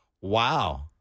Wow